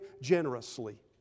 generously